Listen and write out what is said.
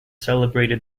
celebrated